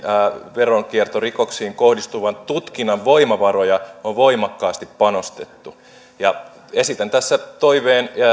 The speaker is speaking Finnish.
veronkiertorikoksiin kohdistuvan tutkinnan voimavaroihin voimakkaasti panostettiin esitän tässä toiveen